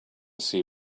see